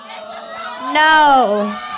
No